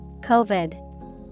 COVID